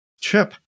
Chip